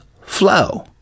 flow